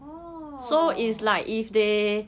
orh